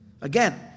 Again